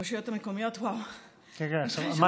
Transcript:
הרשויות המקומיות, וואו, אני צריכה לנשום רגע.